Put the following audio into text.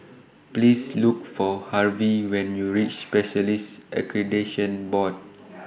Please Look For Harvy when YOU REACH Specialists Accreditation Board